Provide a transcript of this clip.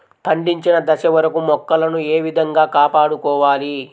పండిన దశ వరకు మొక్కలను ఏ విధంగా కాపాడుకోవాలి?